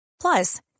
Plus